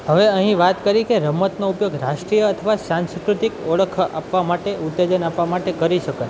હવે અહીં વાત કરી કે રમતનો ઉપયોગ રાષ્ટ્રીય અથવા સાંસ્કૃતિક ઓળખ આપવા માટે ઉત્તેજન આપવા માટે કરી શકાય